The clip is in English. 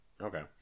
Okay